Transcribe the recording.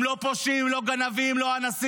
הם לא פושעים, לא גנבים ולא אנסים,